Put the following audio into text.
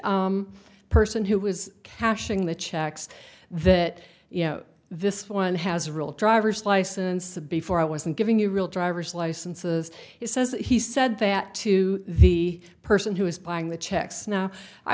the person who was cashing the checks that you know this one has a real driver's license to before i wasn't giving you real driver's licenses he says that he said that to the person who is buying the checks now i